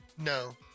No